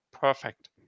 perfect